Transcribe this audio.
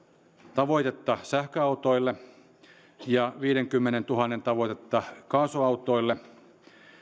tavoitetta sähköautoille ja viidenkymmenentuhannen tavoitetta kaasuautoille